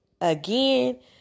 again